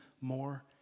more